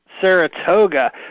Saratoga